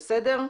בסדר?"